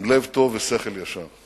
עם לב טוב ושכל ישר.